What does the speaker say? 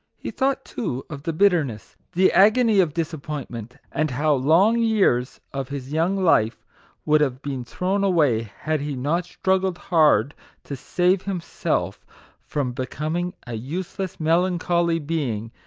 he thought, too, of the bitterness, the agony of disappointment and how long years of his young life would have been thrown away, had he not struggled hard to save himself from becoming a useless, melan choly being,